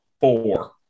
Four